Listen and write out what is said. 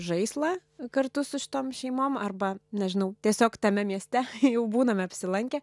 žaislą kartu su šitom šeimom arba nežinau tiesiog tame mieste jau būname apsilankę